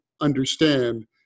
understand